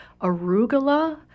arugula